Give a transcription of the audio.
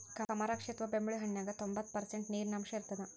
ಕಮರಾಕ್ಷಿ ಅಥವಾ ಬೆಂಬುಳಿ ಹಣ್ಣಿನ್ಯಾಗ ತೋಭಂತ್ತು ಪರ್ಷಂಟ್ ನೇರಿನಾಂಶ ಇರತ್ತದ